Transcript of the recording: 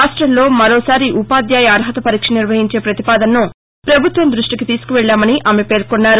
రాష్టంలో మరోసారి ఉపాధ్యాయ అర్హత పరీక్ష నిర్వహించే ప్రతిపాదనను ప్రభుత్వం దృష్టికి తీసుకెళ్ళామని ఆమె పేర్కొన్నారు